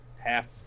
half